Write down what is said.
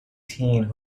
teen